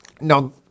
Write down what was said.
Now